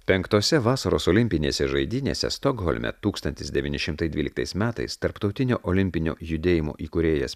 penktose vasaros olimpinėse žaidynėse stokholme tūkstantis devyni šimtai dvyliktais metais tarptautinio olimpinio judėjimo įkūrėjas